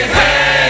hey